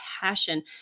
passion